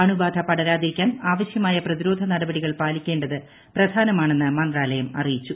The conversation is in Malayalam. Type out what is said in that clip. അണുബാധ പടരാതിരിക്കാൻ ആവശ്യമായ പ്രതിരോധ നടപടികൾ പാലിക്കേണ്ടത് പ്രധാനമാണെന്ന് മന്ത്രാലയം അറിയിച്ചു